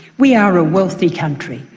we are a wealthy country,